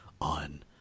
on